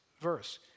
verse